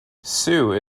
sue